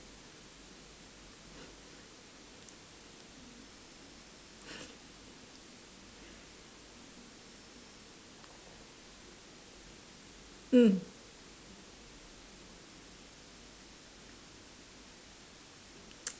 mm